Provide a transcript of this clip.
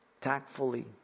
tactfully